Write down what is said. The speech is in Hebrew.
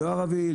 לא ערבי,